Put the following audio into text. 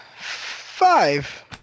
Five